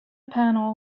panel